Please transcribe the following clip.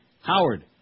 Howard